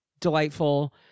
delightful